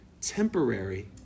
temporary